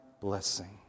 blessing